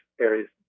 areas